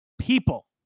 people